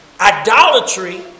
Idolatry